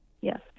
Yes